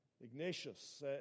Ignatius